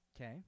Okay